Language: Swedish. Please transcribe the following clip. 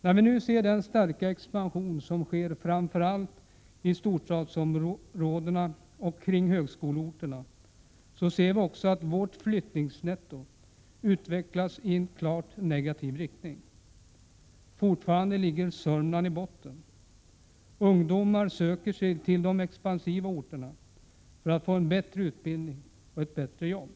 När vi nu ser den starka expansion som sker i framför allt storstadsområdena och kring högskoleorterna, ser vi också att vårt flyttningsnetto utvecklas i en klart negativ riktning. Fortfarande ligger Södermanland i botten. Ungdomar söker sig till de expansiva orterna för att få en bättre utbildning och ett bättre jobb.